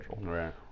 Right